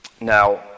Now